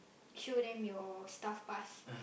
show them your staff pass